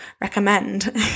recommend